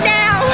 now